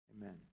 Amen